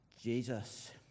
Jesus